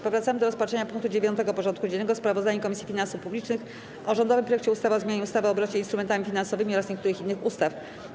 Powracamy do rozpatrzenia punktu 9. porządku dziennego: Sprawozdanie Komisji Finansów Publicznych o rządowym projekcie ustawy o zmianie ustawy o obrocie instrumentami finansowymi oraz niektórych innych ustaw.